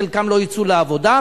חלקן לא יצאו לעבודה.